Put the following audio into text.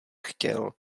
chtěl